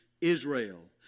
Israel